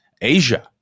Asia